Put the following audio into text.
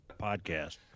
podcast